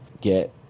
get